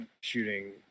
shooting